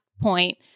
point